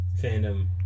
fandom